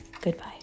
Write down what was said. Goodbye